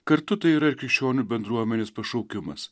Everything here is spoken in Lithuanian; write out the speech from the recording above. kartu tai yra ir krikščionių bendruomenės pašaukimas